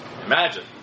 Imagine